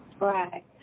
Right